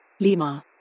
Lima